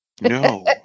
No